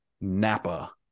Napa